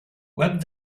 web